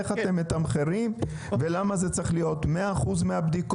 איך אתם מתמחרים ולמה זה צריך להיות 100% מהבדיקות?